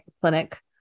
clinic